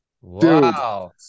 Wow